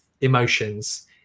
emotions